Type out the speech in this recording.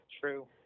True